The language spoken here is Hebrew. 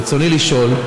רצוני לשאול: